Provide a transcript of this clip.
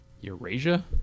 Eurasia